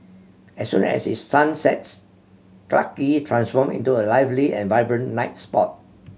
as soon as the sun sets Clarke Quay transform into a lively and vibrant night spot